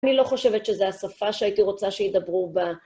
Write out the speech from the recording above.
אני לא חושבת שזו השפה שהייתי רוצה שידברו בה.